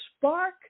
spark